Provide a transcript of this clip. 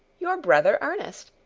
your brother ernest.